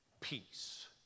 peace